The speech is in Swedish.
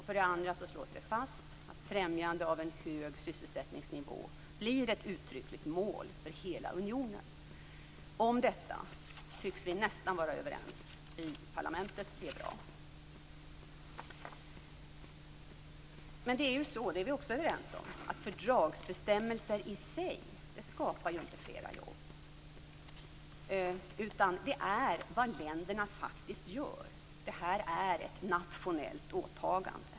För det andra slås det fast att främjande av en hög sysselsättningsnivå blir ett uttryckligt mål för hela unionen. Om detta tycks vi nästan vara överens i parlamentet, och det är bra. Det är så, och det är vi också överens om, att fördragsbestämmelserna i sig inte skapar jobb, utan det är vad länderna faktiskt gör. Det här är ett nationellt åtagande.